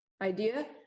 idea